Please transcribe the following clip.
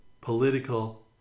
political